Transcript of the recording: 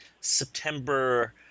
September